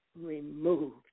removed